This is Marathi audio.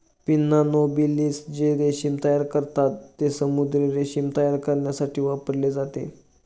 पिन्ना नोबिलिस जे रेशीम तयार करतात, ते समुद्री रेशीम तयार करण्यासाठी वापरले जाते